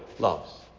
loves